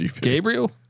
Gabriel